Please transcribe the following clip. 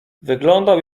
wyglądał